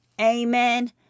Amen